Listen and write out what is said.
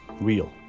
real